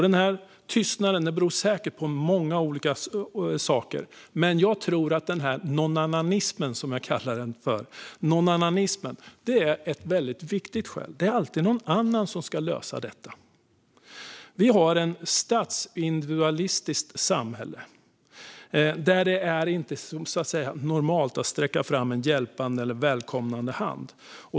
Den tystnaden beror säkert på många olika saker. Jag tror att nånannanismen, som jag kallar den för, är ett väldigt viktigt skäl. Det är alltid någon annan som ska lösa detta. Vi har ett statsindividualistiskt samhälle där det inte är normalt att sträcka fram en hjälpande eller välkomnande hand.